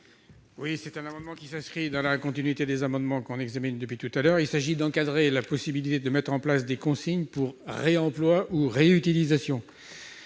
Cet amendement, qui s'inscrit dans la continuité de ceux que nous examinons depuis tout à l'heure, vise à encadrer la possibilité de mettre en place des consignes pour réemploi ou réutilisation.